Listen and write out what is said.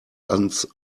ans